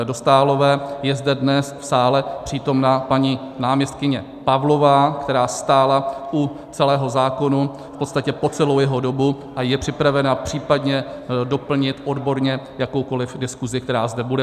Dostálové je zde dnes v sále přítomna paní náměstkyně Pavlová, která stála u celého zákona v podstatě po celou jeho dobu a je připravena případně doplnit odborně jakoukoli diskusi, která zde bude.